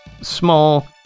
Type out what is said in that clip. small